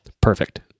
Perfect